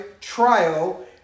trial